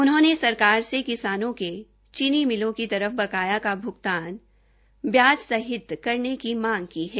उन्होंने सरकार से किसानों के चीनी मिलों की तरफ बकाया भ्गतान ब्याज सहित करने की मांग की है